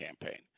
campaign